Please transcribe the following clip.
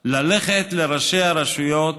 ללכת לראשי הרשויות